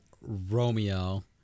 Romeo